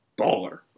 baller